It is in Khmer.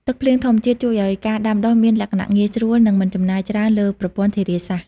ទឹកភ្លៀងធម្មជាតិជួយឱ្យការដាំដុះមានលក្ខណៈងាយស្រួល និងមិនចំណាយច្រើនលើប្រព័ន្ធធារាសាស្ត្រ។